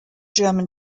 german